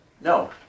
No